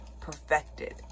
perfected